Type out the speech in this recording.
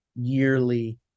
yearly